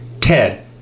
Ted